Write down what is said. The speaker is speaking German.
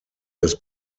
des